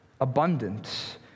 abundant